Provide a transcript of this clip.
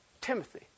Timothy